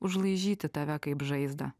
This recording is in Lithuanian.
užlaižyti tave kaip žaizdą